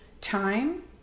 time